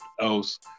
else